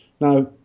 Now